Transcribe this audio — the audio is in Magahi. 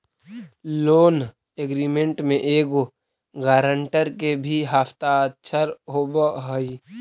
लोन एग्रीमेंट में एगो गारंटर के भी हस्ताक्षर होवऽ हई